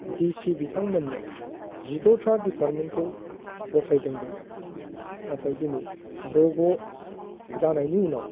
DC बिथांमोननो जिद'था डिपारमेन्टखौ गथायदोंमोन नाथाय दिनै रग' जानायनि उनाव